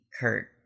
Kurt